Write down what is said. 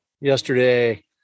yesterday